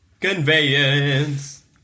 Conveyance